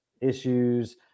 issues